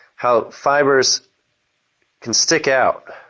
how fibers can stick out,